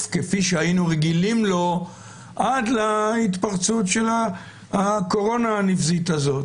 כפי שהיינו רגילים לו עד להתפרצות של הקורונה הנבזית הזאת,